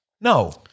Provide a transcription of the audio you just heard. no